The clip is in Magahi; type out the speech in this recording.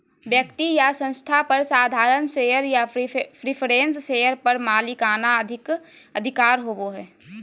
व्यक्ति या संस्था पर साधारण शेयर या प्रिफरेंस शेयर पर मालिकाना अधिकार होबो हइ